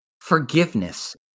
Forgiveness